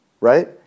right